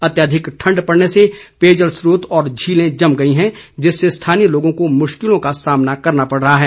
अत्याधिक ठंड पड़ने से पेयजल स्त्रोत और झीलें जम गई हैं जिससे स्थानीय लोगों को मुश्किलों का सामना करना पड़ रहा है